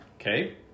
Okay